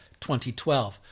2012